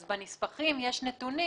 אז בנספחים יש נתונים